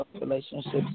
relationships